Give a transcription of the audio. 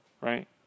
right